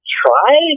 try